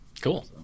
Cool